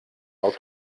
del